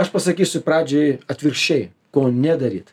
aš pasakysiu pradžiai atvirkščiai ko nedaryt